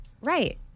Right